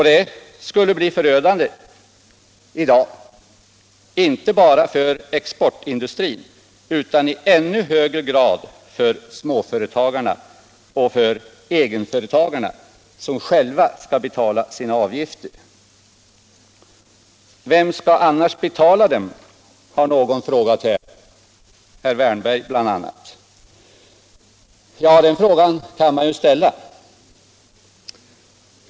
Det skulle bli förödande i dag, inte bara för exportindustrin utan i ännu högre grad för småföretagarna och för egenföretagarna, som själva skall betala sina avgifter. Vem skall annars betala dem, har bl.a. herr Wärnberg frågat här. Den frågan kan man naturligtvis ställa.